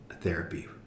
therapy